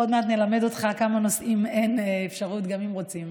עוד מעט נלמד אותך על כמה נושאים שאין אפשרות גם אם רוצים,